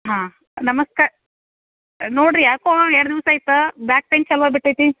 ಹಾಂ ನಮಸ್ಕ ನೋಡಿರಿ ಯಾಕೋ ಎರಡು ದಿವಸ ಆಯಿತು ಬ್ಯಾಕ್ ಪೈನ್ ಚಾಲು ಆಗಿಬಿಟ್ಟೈತಿ